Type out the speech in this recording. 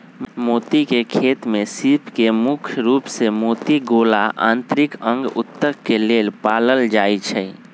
मोती के खेती में सीप के मुख्य रूप से मोती गोला आ आन्तरिक अंग उत्तक के लेल पालल जाई छई